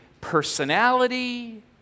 personality